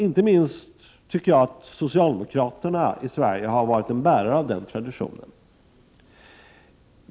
Inte minst socialdemokraterna i Sverige har varit bärare av den traditionen.